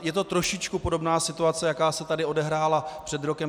Je to trošičku podobná situace, jaká se tady odehrála před rokem.